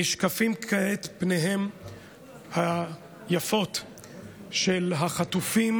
נשקפות כעת פניהם היפות של החטופים